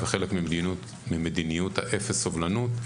וחלק ממדיניות האפס סובלנות,